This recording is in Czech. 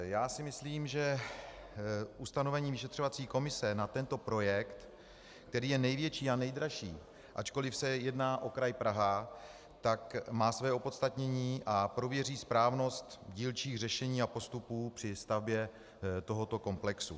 Já si myslím, že ustavení vyšetřovací komise na tento projekt, který je největší a nejdražší, ačkoliv se jedná o kraj Praha, má své opodstatnění a prověří správnost dílčích řešení a postupů při stavbě tohoto komplexu.